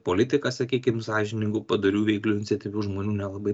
politika sakykim sąžiningų padorių veiklių iniciatyvių žmonių nelabai